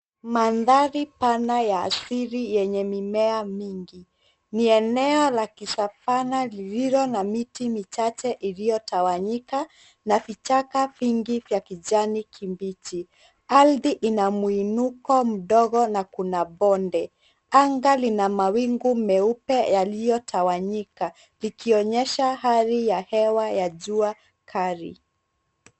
Mandhari pana ya asili yenye mimea mingi ni eneo la kisavana lililo na miti michache iliyotawanyika na vichaka vingi vya kijani kibichi. Ardhi ina mwinuko mdogo na kuna bonde. Anga lina mawingu meupe yaliyotawanyika likionyesha hali ya hewa ya jua kali.